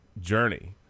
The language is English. journey